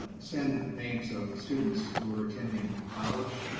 send names of students who were attending college.